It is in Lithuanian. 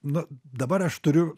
nu dabar aš turiu